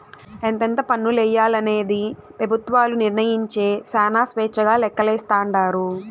ఎంతెంత పన్నులెయ్యాలనేది పెబుత్వాలు నిర్మయించే శానా స్వేచ్చగా లెక్కలేస్తాండారు